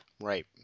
Right